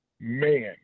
Man